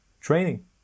Training